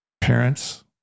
Parents